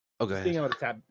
okay